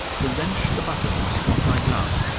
to wrench the buttons off my gloves.